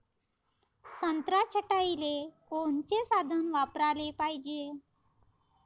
संत्रा छटाईले कोनचे साधन वापराले पाहिजे?